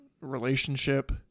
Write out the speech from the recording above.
relationship